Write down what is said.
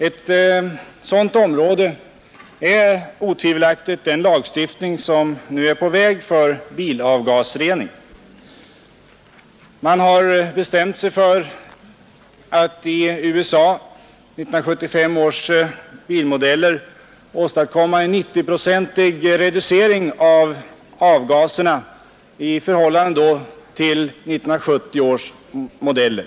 Ett sådant område är otvivelaktigt den lagstiftning för bilavgasrening, som nu är på väg. I USA har man bestämt sig för att i 1975 års bilmodeller åstadkomma en 90-procentig reducering av avgaserna jämfört med 1970 års bilmodeller.